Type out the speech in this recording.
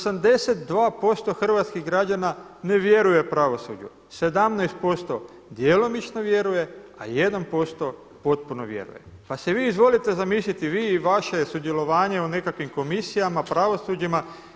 82% hrvatskih građana ne vjeruje pravosuđu, 17% djelomično vjeruje, a 1% potpuno vjeruje pa si vi izvolite zamisliti vi i vaše sudjelovanje u nekakvim komisijama, pravosuđima.